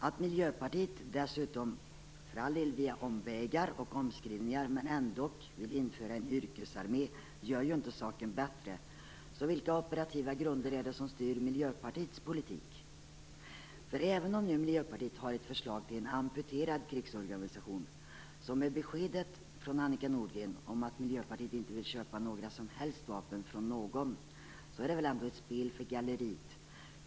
Att Miljöpartiet - för all del via omvägar och omskrivningar, men ändå - vill införa en yrkesarmé gör inte saken bättre. Vilka operativa grunder är det som styr Miljöpartiets politik? Även om Miljöpartiet har ett förslag till en amputerad krigsorganisation är det väl, i och med beskedet från Annika Nordgren om att Miljöpartiet inte vill köpa några som helst vapen från någon, ett spel för galleriet.